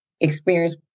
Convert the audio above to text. experience